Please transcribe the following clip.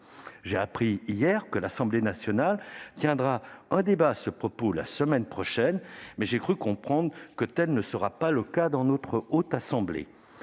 J'ai appris hier que l'Assemblée nationale organiserait un débat sur ce sujet la semaine prochaine, mais j'ai cru comprendre que ce ne serait pas le cas à la Haute Assemblée.